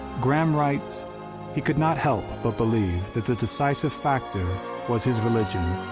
graham writes he could not help but believe that the decisive factor was his religion.